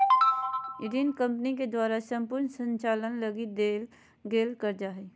ऋण कम्पनी के द्वारा सम्पूर्ण संचालन लगी देल गेल कर्जा हइ